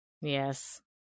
Yes